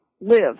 live